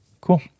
Cool